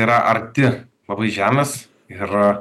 yra arti labai žemės ir